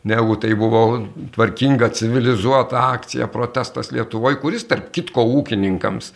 negu tai buvo tvarkinga civilizuota akcija protestas lietuvoj kuris tarp kitko ūkininkams